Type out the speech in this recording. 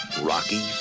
Rocky